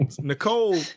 Nicole